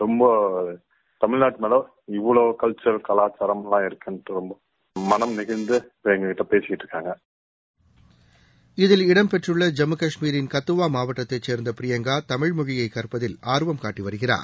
ரொம்ப தமிழ்நாட்டு மேல இவ்ளோ கல்ச்சர் கலாச்சாரம்லாம் இருக்கினு மனம் நெகிழ்ந்து எங்ககிட்ட பேசிட்டிருக்காங்க இதில் இடம் பெற்றுள்ள ஜம்மு காஷ்மீரின் கத்துவா மாவட்டத்தை சேர்ந்த பிரியங்கா தமிழ்மொழியை கற்பதில் ஆர்வம் காட்டி வருகிறார்